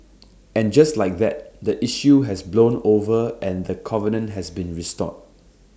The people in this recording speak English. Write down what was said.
and just like that the issue has blown over and the covenant has been restored